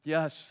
Yes